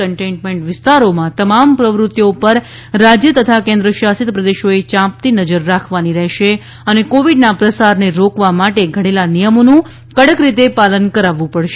containment વિસ્તારોમાં તમામ પ્રવૃત્તિઓ ઉપર રાજ્ય તથા કેન્દ્ર શાસિત પ્રદેશોએ ચાંપતી નજર રાખવાની રહેશે અને કોવિડના પ્રસારને રોકવા માટે ઘડેલા નિયમોનું કડક રીતે પાલન કરાવવું પડશે